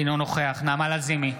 אינו נוכח נעמה לזימי,